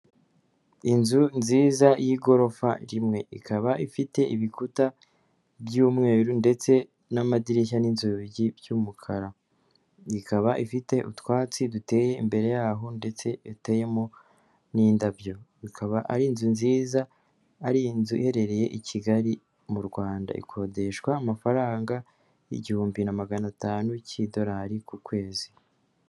Inzu nziza y'igorofa rimwe, ikaba ifite ibikuta by'umweru ndetse n'amadirishya n'inzugi by'umukara, ikaba ifite utwatsi duteye imbere yaho ndetse iteyemo n'indabyo, ikaba ari inzu nziza, ari inzu iherereye i Kigali mu Rwanda, ikodeshwa amafaranga y'igihumbi na magana atanu k'Idolari ku kwezi.